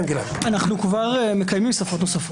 מקובל עלינו, ואנו כבר מקיימים שפות נוספות.